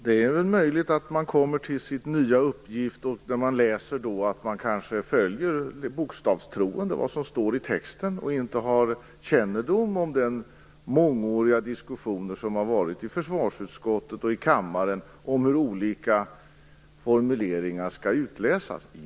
Fru talman! När man tar sig an en ny uppgift och läser sitt material är det möjligt att man bokstavligen följer vad som står i texten. Jag har inte kännedom om de mångåriga diskussioner som har förts i försvarsutskottet och i kammaren om hur olika formuleringar skall utläsas.